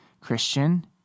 Christian